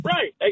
Right